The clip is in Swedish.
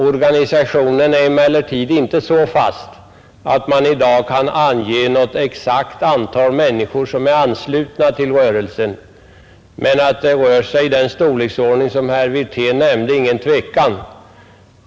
Organisationen är emellertid inte så fast att man i dag exakt kan ange hur många människor som är anslutna till rörelsen, men att antalet är av den storlek som herr Wirtén nämnde råder det inget tvivel om.